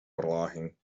verlaging